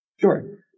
Sure